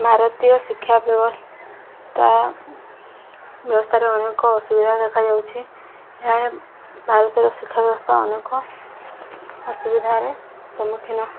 ଭାରତୀୟ ଶିକ୍ଷା ବ୍ୟବସ୍ଥା ବ୍ୟବସ୍ଥାରେ ଅନେକ ଅସୁବିଧା ଦେଖାଯାଉଛି ଏହା ଭାରତର ଶିକ୍ଷା ବ୍ୟବସ୍ଥା ଅନେକ ଅସୁବିଧାରେ ସମ୍ମୁଖୀନ